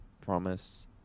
promise